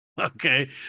Okay